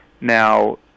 Now